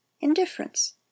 indifference